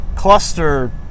cluster